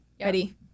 Ready